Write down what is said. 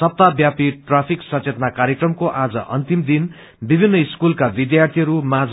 सप्ताहव्यापी ट्राफिक सचेतना कार्यक्रमको आज अन्तिम दिन विभिन्न स्कूलका विद्यार्थीहरू माझ